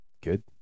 good